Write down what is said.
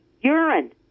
urine